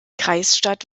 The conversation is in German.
kreisstadt